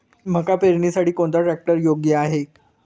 मका पेरणीसाठी कोणता ट्रॅक्टर योग्य आहे?